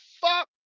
fuck